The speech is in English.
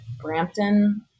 Brampton